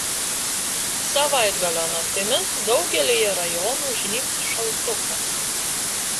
savaitgalio naktimis daugelyje rajonų žnybs šaltukas